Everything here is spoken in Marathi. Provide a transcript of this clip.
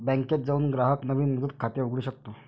बँकेत जाऊन ग्राहक नवीन मुदत खाते उघडू शकतो